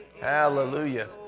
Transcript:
Hallelujah